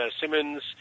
Simmons